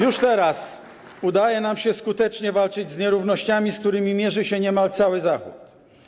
Już teraz udaje nam się skutecznie walczyć z nierównościami, z którymi mierzy się niemal cały Zachód.